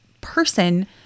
person